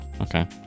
okay